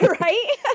right